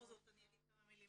בכל זאת אני אגיד כמה מילים.